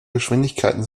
geschwindigkeiten